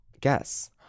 Guess